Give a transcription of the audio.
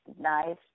nice